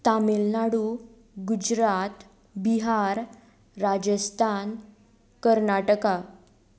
Tamil Nadu Gujarat Bihar Rajasthan Karnataka